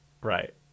Right